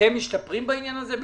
אתם משתפרים בעניין הזה?